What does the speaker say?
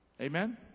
Amen